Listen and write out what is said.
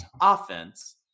offense